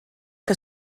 que